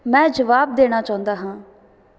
ਮੈਂ ਜਵਾਬ ਦੇਣਾ ਚਾਹੁੰਦਾ ਹਾਂ